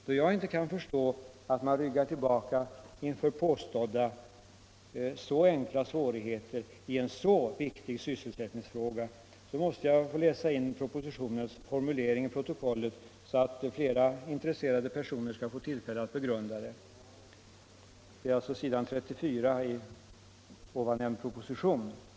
Då jag inte kan förstå att man ryggar tillbaka inför påstådda så enkla svårigheter i en så viktig sysselsättningsfråga måste jag få läsa in propositionens formulering i protokollet, så att flera intresserade personer får tillfälle att begrunda den.